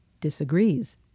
disagrees